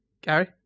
Gary